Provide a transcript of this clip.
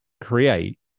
create